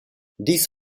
dies